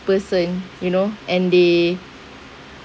person you know and they